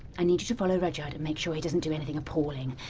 i need you to follow rudyard and make sure he doesn't do anything appalling.